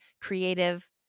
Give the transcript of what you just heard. creative